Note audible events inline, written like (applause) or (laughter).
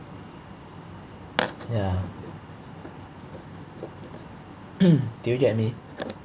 ya (noise) do you get any